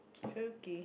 okay